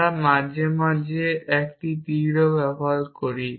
আমরা মাঝে মাঝে একটি তীরও ব্যবহার করি